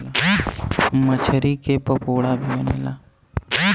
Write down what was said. मछरी के पकोड़ा भी बनेला